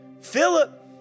Philip